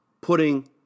putting